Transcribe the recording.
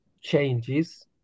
changes